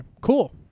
Cool